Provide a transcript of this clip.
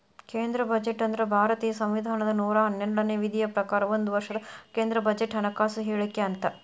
ಕೇಂದ್ರ ಬಜೆಟ್ ಅಂದ್ರ ಭಾರತೇಯ ಸಂವಿಧಾನದ ನೂರಾ ಹನ್ನೆರಡನೇ ವಿಧಿಯ ಪ್ರಕಾರ ಒಂದ ವರ್ಷದ ಕೇಂದ್ರ ಬಜೆಟ್ ಹಣಕಾಸು ಹೇಳಿಕೆ ಅಂತ